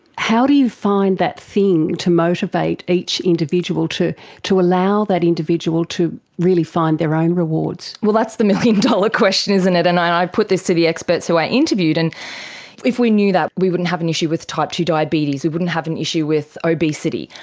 how do you find that thing to motivate each individual to to allow that individual to really find their own rewards? well, that's the million-dollar question, isn't it, and i put this to the experts who i interviewed. and if we knew that, we wouldn't have an issue with type two diabetes, we wouldn't have an issue with obesity.